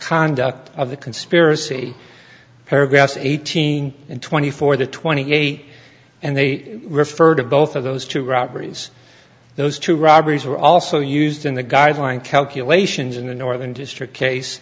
conduct of the conspiracy paragraphs eighteen and twenty four the twenty eight and they refer to both of those two robberies those two robberies were also used in the guideline calculations in the northern district case